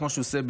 כמו שהוא עושה,